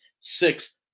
six